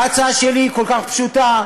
ההצעה שלי היא כל כך פשוטה,